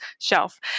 shelf